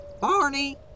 Barney